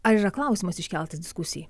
ar yra klausimas iškeltas diskusijai